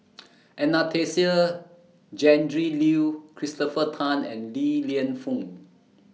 Anastasia Tjendri Liew Christopher Tan and Li Lienfung